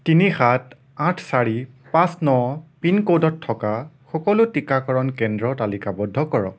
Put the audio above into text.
তিনি সাত আঠ চাৰি পাঁচ ন পিনক'ডত থকা সকলো টিকাকৰণ কেন্দ্ৰ তালিকাবদ্ধ কৰক